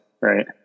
right